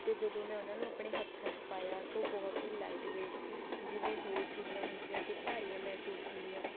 ਅਤੇ ਜਦੋਂ ਮੈਂ ਉਹਨਾਂ ਨੂੰ ਆਪਣੇ ਹੱਥਾਂ 'ਚ ਪਾਇਆ ਤਾਂ ਉਹ ਬਹੁਤ ਹੀ ਲਾਈਟ ਵੇੇਟ ਸੀ ਜਿਵੇਂ ਹੋਰ ਚੂੜੀਆਂ ਹੁੰਦੀਆਂ ਕਿ ਭਾਰੀਆਂ ਮਹਿਸੂਸ ਹੁੰਦੀਆਂ